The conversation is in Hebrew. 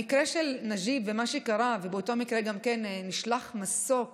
המקרה של נג'יב ומה שקרה, באותו מקרה נשלח מסוק